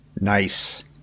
Nice